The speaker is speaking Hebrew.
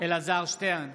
אלעזר שטרן,